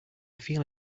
feel